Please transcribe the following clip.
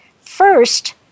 First